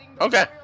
Okay